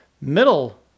middle